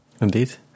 Indeed